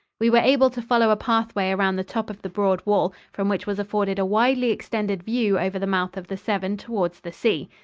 we were able to follow a pathway around the top of the broad wall, from which was afforded a widely extended view over the mouth of the severn towards the sea.